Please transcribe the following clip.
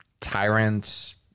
Tyrant's